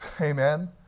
Amen